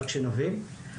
רק שנבין.